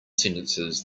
sentences